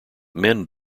men